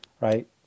right